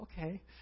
okay